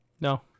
no